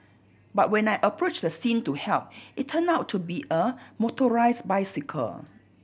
but when I approached the scene to help it turned out to be a motorised bicycle